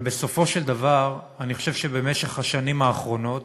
אבל בסופו של דבר אני חושב שבמשך השנים האחרונות